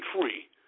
free